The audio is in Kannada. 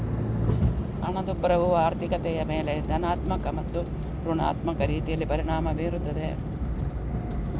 ಹಣದುಬ್ಬರವು ಆರ್ಥಿಕತೆಯ ಮೇಲೆ ಧನಾತ್ಮಕ ಮತ್ತು ಋಣಾತ್ಮಕ ರೀತಿಯಲ್ಲಿ ಪರಿಣಾಮ ಬೀರುತ್ತದೆ